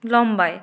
লম্বায়